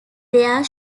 their